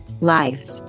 life